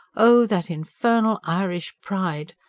oh, that infernal irish pride.